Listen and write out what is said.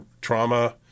trauma